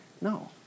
No